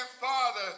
father